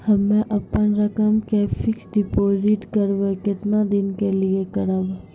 हम्मे अपन रकम के फिक्स्ड डिपोजिट करबऽ केतना दिन के लिए करबऽ?